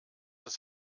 das